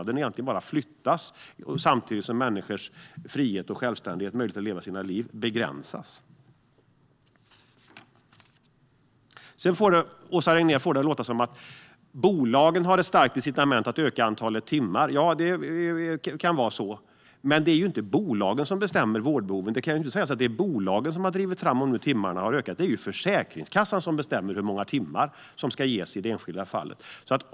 Då flyttas bara kostnaderna samtidigt som människors frihet, självständighet och möjlighet att leva sina liv begränsas. Åsa Regnér får det att låta som att bolagen har ett starkt incitament att öka antalet timmar. Det kan vara så, men det är ju inte bolagen som bestämmer vårdbehoven. Man kan inte säga att det är bolagen som har drivit på för att öka timmarna. Det är Försäkringskassan som bestämmer hur många timmar som ska beviljas i det enskilda fallet.